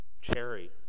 Cherry